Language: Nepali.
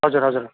हजुर हजुर